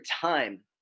time